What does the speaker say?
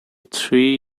three